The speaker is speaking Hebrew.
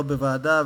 לא בוועדה,